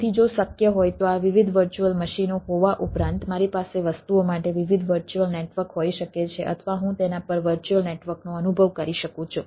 તેથી જો શક્ય હોય તો આ વિવિધ વર્ચ્યુઅલ મશીનો હોવા ઉપરાંત મારી પાસે વસ્તુઓ માટે વિવિધ વર્ચ્યુઅલ નેટવર્ક હોઈ શકે છે અથવા હું તેના પર વર્ચ્યુઅલ નેટવર્કનો અનુભવ કરી શકું છું